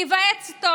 להיוועץ איתו